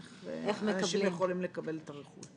איך אנשים יכולים לקבל את הרכוש אם הם מוכיחים?